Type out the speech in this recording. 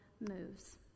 moves